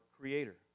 creator